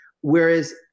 Whereas